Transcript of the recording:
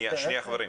לא.